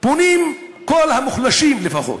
פונים כל המוחלשים, לפחות,